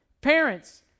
Parents